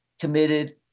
committed